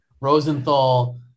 Rosenthal